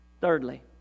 Thirdly